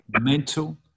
mental